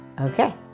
Okay